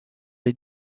les